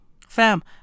Fam